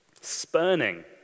Spurning